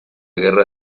guerra